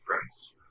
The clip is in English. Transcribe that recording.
friends